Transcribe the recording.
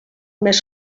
més